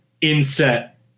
inset